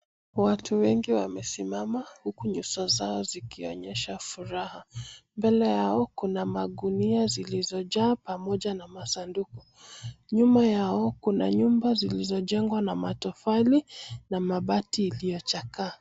Watu wengi wamesimama huku nyuso zao zikionyesha furaha. Mbele yao kuna magunia zilizojaa pamoja na masanduku. Nyuma yao kuna nyumba zilizojengwa na matofali na mabati iliyochakaa.